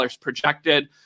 projected